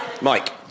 Mike